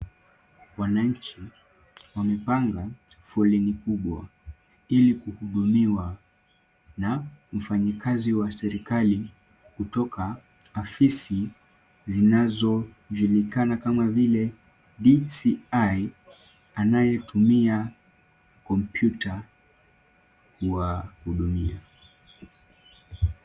Wananchi wamepanga foleni kubwa ili kuhudumiwa na mfanyikazi wa serikali kutoka afisi zinazojulikana kama vile DCI anayetumia kompyuta kuwahudumia.